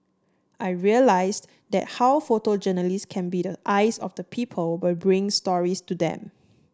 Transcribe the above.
I realised then how photojournalists can be the eyes of the people by bringing stories to them